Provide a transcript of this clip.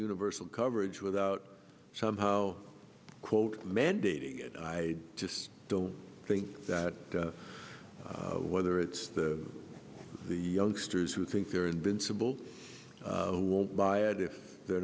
universal coverage without somehow quote mandating it i just don't think that whether it's the the youngsters who think they're invincible will buy it if they're